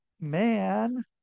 man